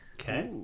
Okay